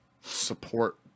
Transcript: support